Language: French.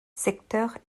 secteur